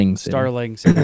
Starlings